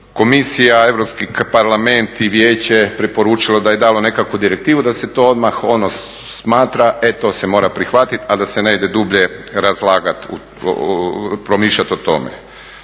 komisija, Europski parlament i vijeće preporučilo, da je dalo nekakvu direktivu, da se to odmah smatra, e to se mora prihvatiti, a da se ne ide dublje razlagati, promišljati o tome.